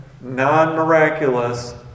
non-miraculous